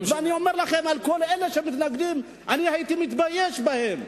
אני אומר לכם על כל אלה שמתנגדים: אני הייתי מתבייש בהם.